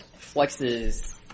flexes –